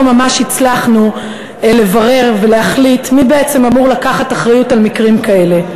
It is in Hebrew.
לא ממש הצלחנו לברר ולהחליט מי בעצם אמור לקחת אחריות על מקרים כאלה,